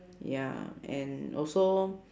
ya and also